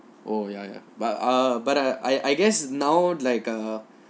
oh ya ya but uh but I I guess now like uh